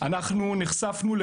אנחנו מדברים על